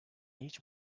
each